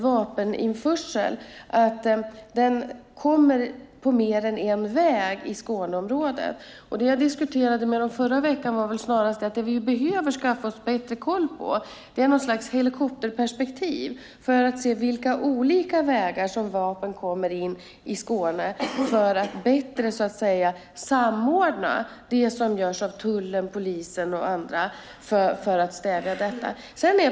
Vapeninförseln sker också på mer än en väg i Skåneområdet. Det jag diskuterade med dem i förra veckan var snarast att vi behöver skaffa oss bättre koll genom ett slags helikopterperspektiv för att se på vilka olika vägar som vapen kommer in i Skåne, för att bättre samordna det som görs av tullen, polisen och andra och kunna stävja detta.